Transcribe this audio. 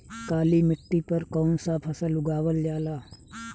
काली मिट्टी पर कौन सा फ़सल उगावल जाला?